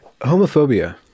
homophobia